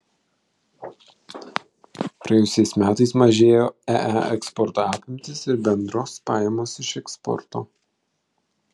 praėjusiais metais mažėjo ee eksporto apimtys ir bendros pajamos iš eksporto